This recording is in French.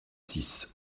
six